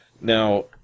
Now